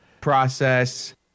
process